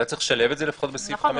אולי צריך לשלב את זה לפחות בסעיף 5. נכון,